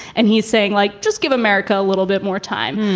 and he's saying, like, just give america a little bit more time.